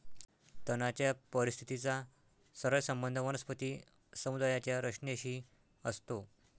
तणाच्या परिस्थितीचा सरळ संबंध वनस्पती समुदायाच्या रचनेशी असतो